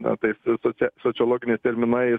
na tais socia sociologiniais terminais